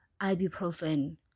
ibuprofen